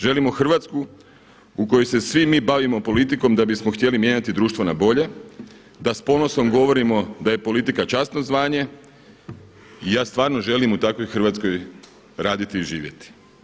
Želimo Hrvatsku u kojoj se svi mi bavimo politikom da bismo htjeli mijenjati društvo na bolje, da s ponosom govorimo da je politika časno zvanje i ja stvarno želim u takvoj Hrvatskoj raditi i živjeti.